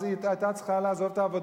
אז היא היתה צריכה לעזוב את העבודה,